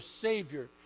Savior